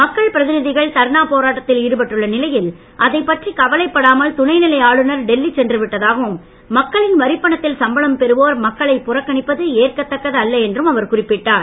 மக்கள் பிரதிநிதிகள் தர்ணா போராட்டத்தில் ஈடுபட்டுள்ள நிலையில் அதைப்பற்றி கவலைப்படாமல் துணை நிலை ஆளுநர் டெல்லி சென்று விட்டதாகவும் மக்களின் வரிப் பணத்தில் சம்பளம் பெறுவோர் மக்களை புறக்கணிப்பது ஏற்கத்தக்கது அல்ல என்றும் அவர் குறிப்பிட்டார்